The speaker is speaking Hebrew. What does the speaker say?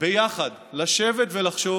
לשבת ביחד ולחשוב